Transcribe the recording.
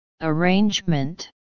arrangement